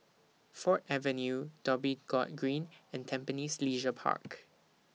Ford Avenue Dhoby Ghaut Green and Tampines Leisure Park